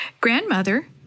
Grandmother